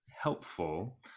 helpful